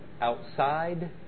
outside